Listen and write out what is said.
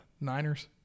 Niners